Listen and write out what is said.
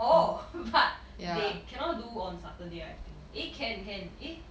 oh but they cannot do on saturday I think eh can can eh